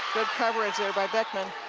coverage there by beckman.